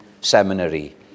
seminary